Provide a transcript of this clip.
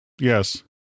Yes